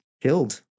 killed